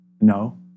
no